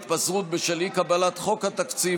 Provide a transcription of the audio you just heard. התפזרות בשל אי-קבלת חוק התקציב)